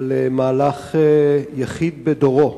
על מהלך יחיד בדורו